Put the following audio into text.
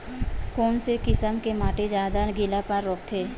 कोन से किसम के माटी ज्यादा गीलापन रोकथे?